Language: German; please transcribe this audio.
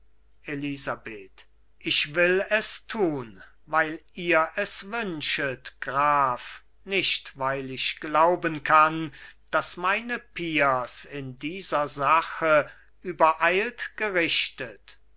elisabeth ich will es tun weil ihr es wünscht graf nicht weil ich glauben kann daß meine peers in dieser sache übereilt gerichtet